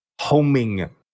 homing